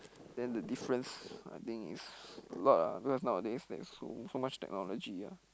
then the difference I think is a lot lah because nowadays there's so so much technology ah